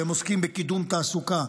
והם עוסקים בקידום תעסוקה,